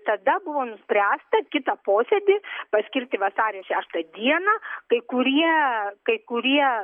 tada buvo nuspręsta kitą posėdį paskirti vasario šeštą dieną kai kurie kai kurie